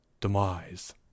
demise